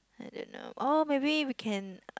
I didn't know or maybe we can